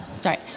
Sorry